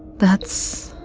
that's.